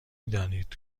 دانید